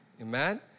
Amen